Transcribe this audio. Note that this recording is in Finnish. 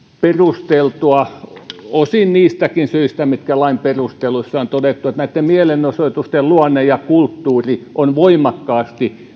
perusteltua osin niistäkin syistä mitkä lain perusteluissa on todettu että mielenosoitusten luonne ja kulttuuri ovat voimakkaasti